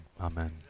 amen